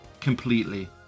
completely